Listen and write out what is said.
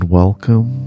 welcome